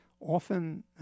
often